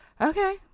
okay